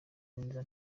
neza